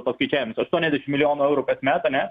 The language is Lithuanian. paskaičiavimus aštuoniasdešimt milijonų eurų kasmet ane